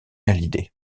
hallyday